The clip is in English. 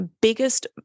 biggest